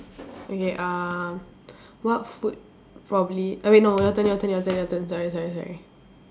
okay uh what food probably eh wait no your turn your turn your turn your turn sorry sorry sorry